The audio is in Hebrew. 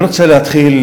אני רוצה להתחיל